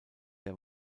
der